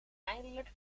eindelijk